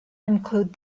include